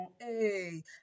hey